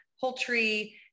poultry